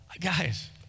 Guys